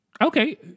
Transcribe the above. Okay